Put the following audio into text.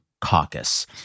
Caucus